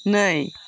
नै